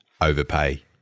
overpay